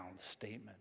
statement